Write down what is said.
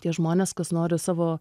tie žmonės kas nori savo